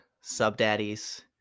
sub-daddies